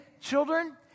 Children